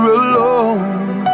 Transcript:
alone